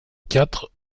quatre